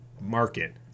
market